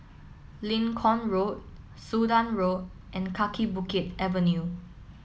Lincoln Road Sudan Road and Kaki Bukit Avenue